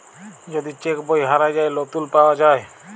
যদি চ্যাক বই হারাঁয় যায়, লতুল পাউয়া যায়